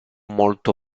molto